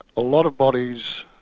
a lot of bodies,